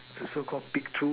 to so Call peek through